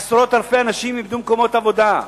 עשרות אלפי אנשים איבדו מקומות עבודה.